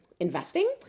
investing